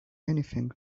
anything